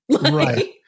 Right